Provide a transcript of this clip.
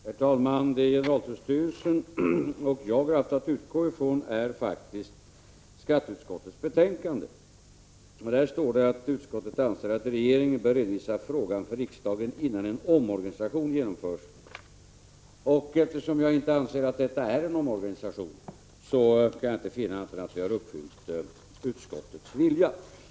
Herr talman! Vad generaltullstyrelsen och jag har haft att utgå ifrån är faktiskt skatteutskottets betänkande. Där står det att utskottet anser att regeringen bör redovisa frågan för riksdagen innan en omorganisation genomförs. Eftersom jag inte anser att detta är en omorganisation, kan jag inte finna annat än att vi uppfyllt utskottets vilja.